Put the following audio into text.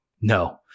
no